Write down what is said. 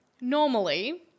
normally